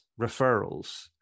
referrals